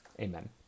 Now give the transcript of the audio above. Amen